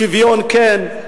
שוויון כן,